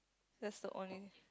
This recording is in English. that's the only